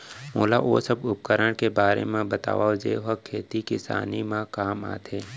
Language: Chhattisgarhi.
मोला ओ सब उपकरण के बारे म बतावव जेन ह खेती किसानी म काम आथे?